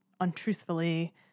untruthfully